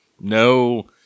No